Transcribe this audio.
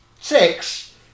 Six